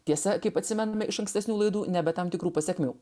tiesa kaip atsimename iš ankstesnių laidų ne be tam tikrų pasekmių